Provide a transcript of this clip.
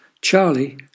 Charlie